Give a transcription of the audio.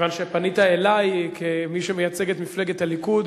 כיוון שפנית אלי כמי שמייצג את הליכוד,